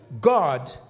God